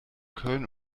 köln